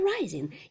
rising